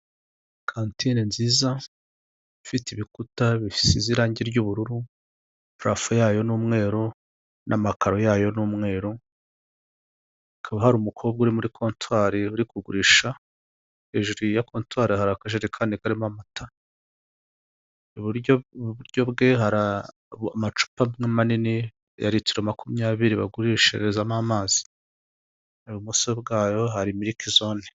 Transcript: Kantine nziza, ifite ibikuta bisize irangi ry'ubururu, parafo yayo ni umweru n'amakaro yayo ni umweru, hakaba hari umukobwa uri muri kontwari uri kugurisha, hejuru ya kontwari hari akajerekani karimo amata, iburyo bwe hari amacupa manini ya litiro makumyabiri bagurishirizamo amazi. Ibumoso bwayo hari mirikizone.